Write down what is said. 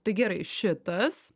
tai gerai šitas